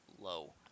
low